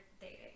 dating